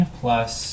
plus